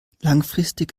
langfristig